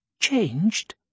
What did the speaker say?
Changed